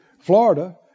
Florida